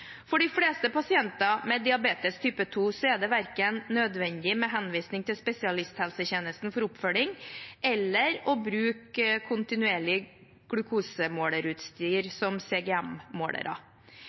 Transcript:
For de fleste pasienter med diabetes type 2 er det verken nødvendig med henvisning til spesialisthelsetjenesten for oppfølging eller å bruke kontinuerlig